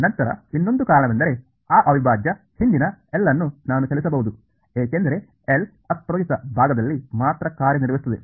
ನಂತರ ಇನ್ನೊಂದು ಕಾರಣವೆಂದರೆ ಆ ಅವಿಭಾಜ್ಯ ಹಿಂದಿನ L ಅನ್ನು ನಾನು ಚಲಿಸಬಹುದು ಏಕೆಂದರೆ L ಅಪ್ರಚೋದಿತ ಭಾಗದಲ್ಲಿ ಮಾತ್ರ ಕಾರ್ಯನಿರ್ವಹಿಸುತ್ತದೆ